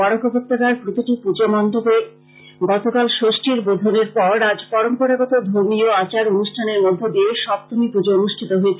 বরাক উপত্যাকার প্রতিটি পুজো মন্ডপে গতকাল ষষ্ঠীর বোধনের পর আজ পরম্পরাগত ধর্মীয় আচার অনুষ্ঠানের মধ্য দিয়ে সপ্তমী পূজো অনুষ্ঠিত হয়েছে